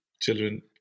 children